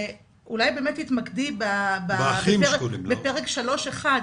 אולי באמת תתמקדי בפרק 3.1,